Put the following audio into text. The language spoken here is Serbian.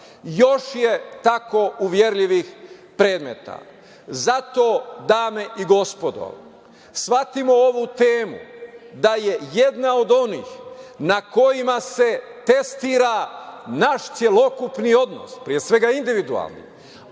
Još je tako uverljivih predmeta. Zato dame i gospodo, shvatimo ovu temu da je jedna od onih na kojima se testira naš celokupni odnos, pre svega, individualni,